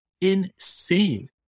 Insane